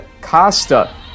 Costa